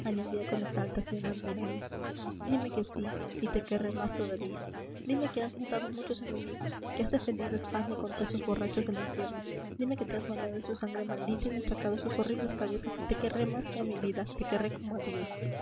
exaltación admirable dime que sí y te querré más todavía dime que has matado muchos enemigos que has defendido a españa contra esos borrachos del infierno dime que te has bañado en su sangre maldita y machacado sus horribles cabezas y te querré más que a mi vida te querré como